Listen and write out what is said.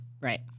Right